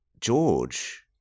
George